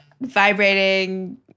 vibrating